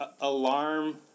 alarm